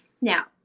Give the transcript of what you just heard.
Now